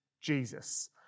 Jesus